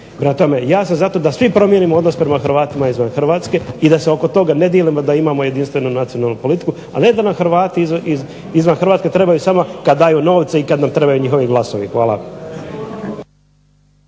tome, ja sam za to da svi promijenimo odnos prema Hrvatima izvan Hrvatske i da se oko toga ne dijelimo, da imamo jedinstvenu nacionalnu politiku, a ne da nam Hrvati izvan Hrvatske trebaju samo kad daju novce i kad nam trebaju njihovi glasovi. Hvala.